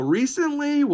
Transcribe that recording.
recently